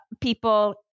people